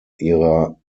ihrer